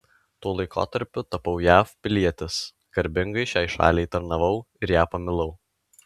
tuo laikotarpiu tapau jav pilietis garbingai šiai šaliai tarnavau ir ją pamilau